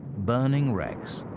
burning wrecks,